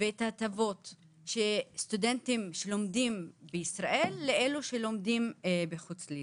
ואת ההטבות של סטודנטים שלומדים בישראל לאלו שלומדים מחוץ לישראל.